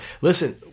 Listen